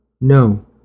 No